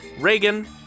Reagan